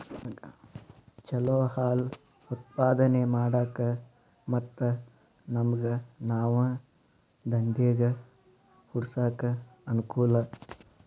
ಚಲೋ ಹಾಲ್ ಉತ್ಪಾದನೆ ಮಾಡಾಕ ಮತ್ತ ನಮ್ಗನಾವ ದಂದೇಗ ಹುಟ್ಸಾಕ ಅನಕೂಲ